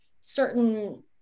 certain